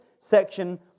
section